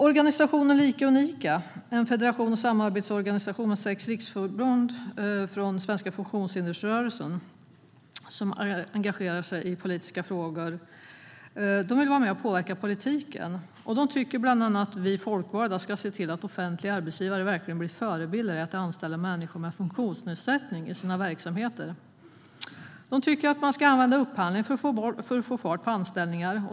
Organisationen Lika Unika, en federation och samarbetsorganisation med sex riksförbund från den svenska funktionshindersrörelsen, engagerar sig i politiska frågor och vill vara med och påverka politiken. De tycker att vi folkvalda ska se till att offentliga arbetsgivare verkligen blir förebilder i att anställa människor med funktionsnedsättning i sina verksamheter. De tycker även att man ska använda upphandling för att få fart på anställningar.